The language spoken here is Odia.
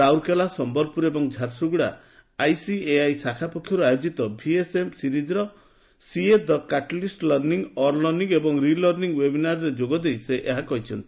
ରାଉରକେଲା ସମ୍ମଲପୁର ଏବଂ ଝାରସୁଗୁଡ଼ା ଆଇସିଏଆଇ ଶାଖା ପକ୍ଷରୁ ଆୟୋକିତ ଭିଏସ୍ଏମ୍ ସିରିଜ୍ର 'ସିଏ ଦ କାଟାଲିଷ୍ ଲର୍ଶ୍ଡିଂ ଅନ୍ଲର୍ଶ୍ଡିଂ ଏବଂ ରିଲର୍ଶ୍ଡିଂ' ୱେବିନାରରେ ଯୋଗଦେଇ ସେ ଏହା କହିଛନ୍ତି